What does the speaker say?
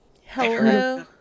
Hello